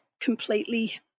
completely